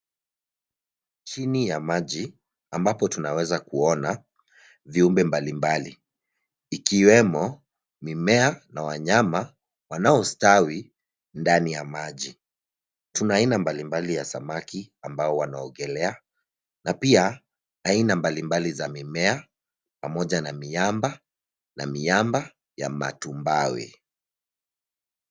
Chini ya maji ambapo tunaweza kuona viumbe mbalimbali ikiwemo mimea na wanyama wanaostawi ndani ya maji. Tuna aina mbalimbali ya samaki ambao wanaogelea na pia aina mbalimbali za mimea pamoja na miamba na miamba ya matumbawe.